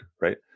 right